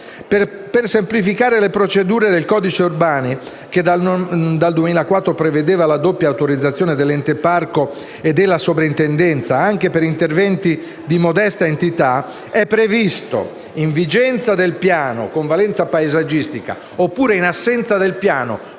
2016 semplificare le procedure del codice urbano, che dal 2004 prevedeva la doppia autorizzazione, dell’ente parco e della sovraintendenza, anche per interventi di modesta entità, è previsto, in vigenza del piano con valenza paesaggistica o in assenza del piano